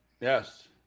yes